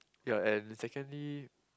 ya and secondly